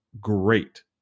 Great